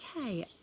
okay